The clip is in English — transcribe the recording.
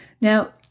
Now